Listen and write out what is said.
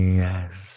yes